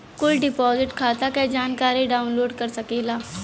कुल डिपोसिट खाता क जानकारी डाउनलोड कर सकेला